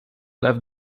left